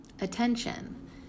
attention